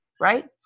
right